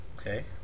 Okay